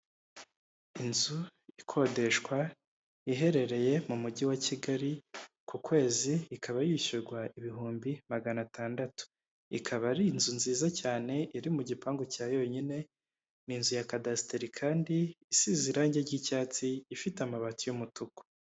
Inzu ikodeshwa iherereye mu mujyi wa Kigali ku kwezi ikaba yishyurwa ibihumbi maganatandatu, ikaba ari inzu nziza cyane iri mu gipangu cya yonyine, ni inzu ya kadasiteri kandi isize irange ry'icyatsi ifite amabati y'umutuku.